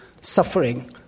suffering